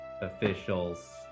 officials